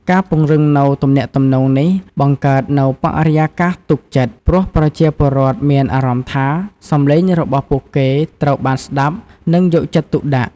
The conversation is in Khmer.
ការពង្រឹងនូវទំនាក់ទំនងនេះ បង្កើតនូវបរិយាកាសទុកចិត្ត ព្រោះប្រជាពលរដ្ឋមានអារម្មណ៍ថា សំឡេងរបស់ពួកគេត្រូវបានស្តាប់ និងយកចិត្តទុកដាក់។